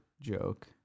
joke